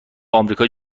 آمریکای